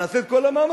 נעשה את כל המאמצים.